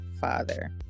father